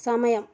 സമയം